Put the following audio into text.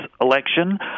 election